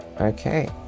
Okay